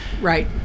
right